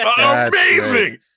Amazing